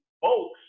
folks